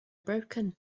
broken